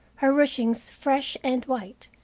her ruchings fresh and white,